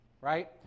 right